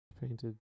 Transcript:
Painted